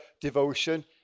devotion